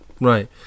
right